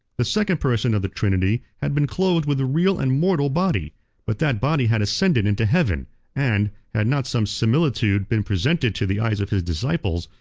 the second person of the trinity had been clothed with a real and mortal body but that body had ascended into heaven and, had not some similitude been presented to the eyes of his disciples,